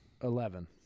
Eleven